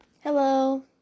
Hello